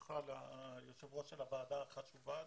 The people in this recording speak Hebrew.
למינויך ליושב-ראש של הוועדה החשובה הזאת,